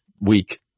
week